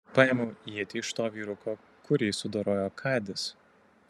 paėmiau ietį iš to vyruko kurį sudorojo kadis